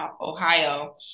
Ohio